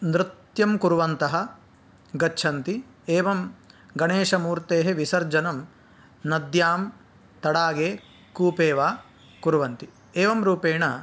नृत्यं कुर्वन्तः गच्छन्ति एवं गणेशमूर्तेः विसर्जनं नद्यां तडागे कूपे वा कुर्वन्ति एवं रूपेण